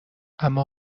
اما